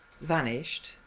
vanished